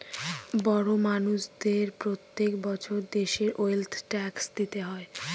বড় মানষদের প্রত্যেক বছর দেশের ওয়েলথ ট্যাক্স দিতে হয়